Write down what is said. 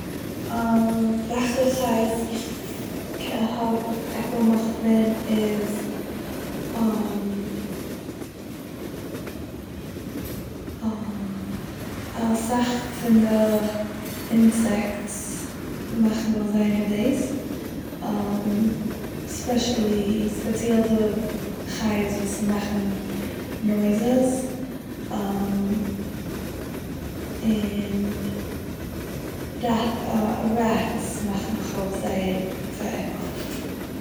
וועלכע חיות איך הא- איך עקל מיך פון איז pauseאסאך פון די אינסעיקטס מאכן מיך זייער נערוועז ספעשעלי, ספציעל די חיות וואס מאכן נויזעיס און ריי אה ראטס מאכן מיך אויך זייער פארעקלט.